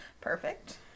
Perfect